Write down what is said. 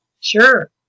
Sure